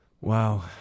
Wow